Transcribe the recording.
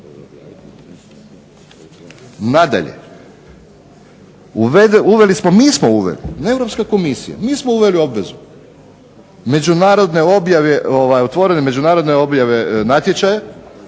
Nadalje, uveli smo, mi smo uveli ne Europska komisija, mi smo uveli obvezu otvorene međunarodne objave natječaja,